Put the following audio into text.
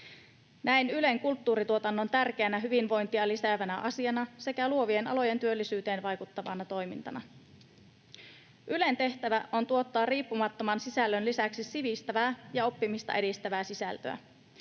Näen Ylen kulttuurituotannon tärkeänä hyvinvointia lisäävänä asiana sekä luovien alojen työllisyyteen vaikuttavana toimintana. Ylen tehtävä on tuottaa riippumattoman sisällön lisäksi sivistävää ja oppimista edistävää sisältöä.